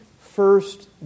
first